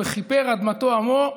"וכִפר אדמתו עמו",